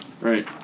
right